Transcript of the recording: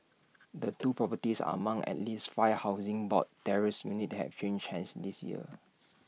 the two properties are among at least five Housing Board terraced units have changed hands this year